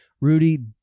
Rudy